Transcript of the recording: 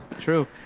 True